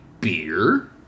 beer